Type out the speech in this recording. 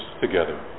together